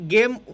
Game